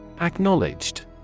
Acknowledged